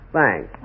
Thanks